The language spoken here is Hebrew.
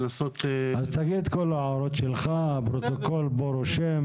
תגיד את כל ההערות שלך, הפרוטוקול רושם